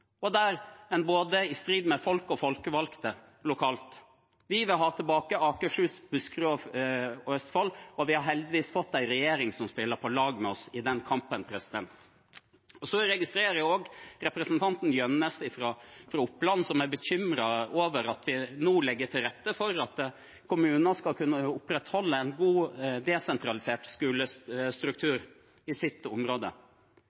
i strid med både folk og folkevalgte lokalt. Vi vil ha tilbake Akershus, Buskerud og Østfold, og vi har heldigvis fått en regjering som spiller på lag med oss i den kampen. Jeg registrerer også at representanten Jønnes fra Oppland er bekymret over at vi nå legger til rette for at kommuner skal kunne opprettholde en god desentralisert skolestruktur i sitt område.